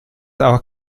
auch